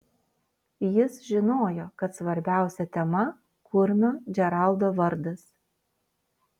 jis žinojo kad svarbiausia tema kurmio džeraldo vardas